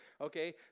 okay